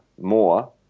more